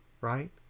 right